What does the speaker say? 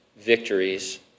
victories